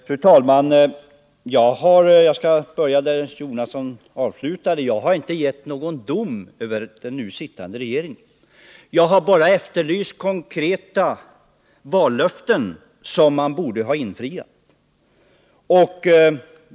Fru talman! Jag skall börja där Bertil Jonasson slutade. Jag har inte fällt någon dom över den nu sittande regeringen utan bara påmint om konkreta vallöften som man borde ha infriat.